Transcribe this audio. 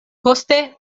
poste